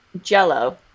jello